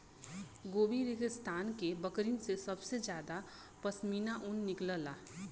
Gobi रेगिस्तान के बकरिन से सबसे जादा पश्मीना ऊन निकलला